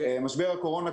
משבר הקורונה,